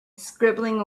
scribbling